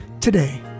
today